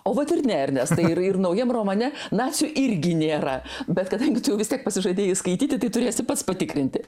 o vat ir ne ernestai ir ir naujam romane nacių irgi nėra bet kadangi tu jau vis tiek pasižadėjai skaityti tai turėsi pats patikrinti